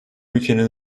ülkenin